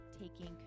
taking